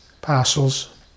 parcels